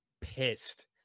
pissed